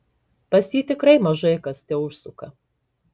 pas jį tikrai mažai kas teužsuka